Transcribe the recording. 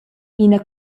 ina